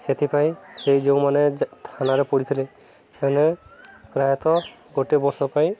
ସେଥିପାଇଁ ସେଇ ଯେଉଁମାନେ ଥାନାରେ ପଡ଼ିଥିଲେ ସେମାନେ ପ୍ରାୟତଃ ଗୋଟେ ବର୍ଷ ପାଇଁ